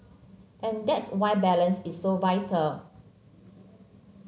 and that's why balance is so vital